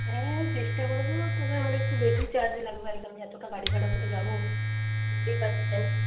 হ্যাঁ চেষ্টা করব তবে আমাদের একটু বেশি চার্জ লাগবে আর কি আমি এতটা গাড়ি ভাড়া করে যাব বুঝতেই পাচ্ছেন